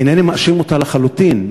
אינני מאשים אותה לחלוטין,